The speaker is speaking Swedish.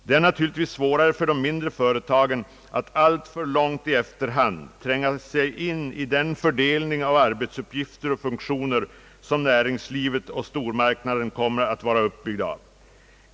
Det är naturligtvis svårare för de mindre företagen att alltför långt i efterhand tränga sig in i den fördelning av arbetsuppgifter och funktioner, som näringslivet inom stormarknaden kommer att vara uppbyggt av.